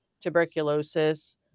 tuberculosis